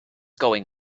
going